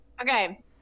Okay